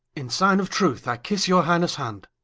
in signe of truth, i kisse your highnesse hand